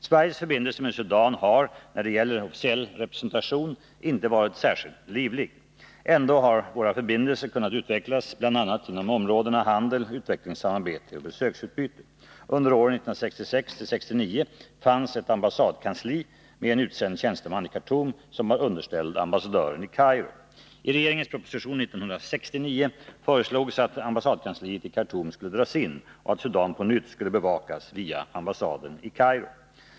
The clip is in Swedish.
Sveriges förbindelser med Sudan har, när det gäller officiell representation, inte varit särskilt livliga. Ändå har våra förbindelser kunnat utvecklas bl.a. inom områdena handel, utvecklingssamarbete och besöksutbyte. Under åren 1966-1969 fanns ett ambassadkansli med en utsänd tjänsteman i Khartoum, som var underställd ambassadören i Kairo. I regeringens proposition 1969 föreslogs att ambassadkansliet i Khartoum skulle dras in och att Sudan på nytt skulle bevakas via ambassaden i Kairo.